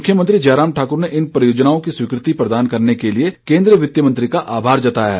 मुख्यमंत्री जयराम ठाकुर ने इन परियोजनाओं को स्वीकृति प्रदान करने के लिए केंद्रीय वित्त मंत्री का आभार जताया है